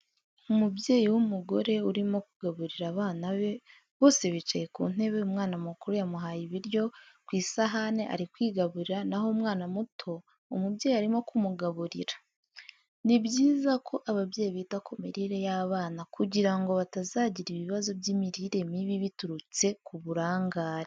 Umubyeyi w'umugore urimo kugaburira abana be, bose bicaye ku ntebe umwana mukuru yamuhaye ibiryo ku isahane ari kwigaburira, naho umwana muto umubyeyi arimo kumugaburira. Ni byiza ko ababyeyi bita ku mirire y'abana kugira ngo batazagira ibibazo by'imirire mibi biturutse ku burangare.